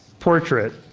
portrait